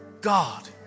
God